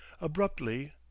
Abruptly